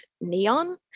Neon